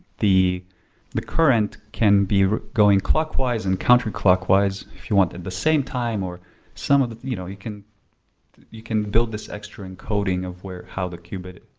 the the current can be going clockwise and counterclockwise, if you want, at the same time or some of the you know, you can you can build this extra encoding of how the qubit,